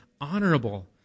honorable